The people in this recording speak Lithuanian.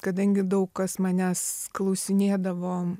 kadangi daug kas manęs klausinėdavo